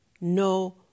no